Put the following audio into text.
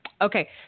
Okay